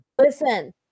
Listen